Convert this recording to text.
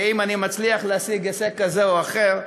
ואם אני מצליח להשיג הישג כזה או אחר,